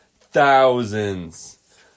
thousands